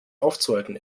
aufzuhalten